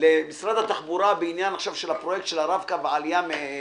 למשרד התחבורה בעניין פרויקט הרב-קו והעלייה מן